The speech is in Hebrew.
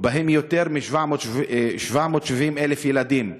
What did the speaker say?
ובהם יותר מ-770,000 ילדים.